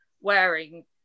wearing